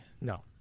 No